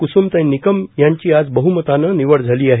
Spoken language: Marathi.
क्स्मताई निकम यांची आज बह्मताने निवड झाली आहे